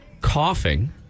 Coughing